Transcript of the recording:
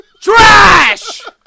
TRASH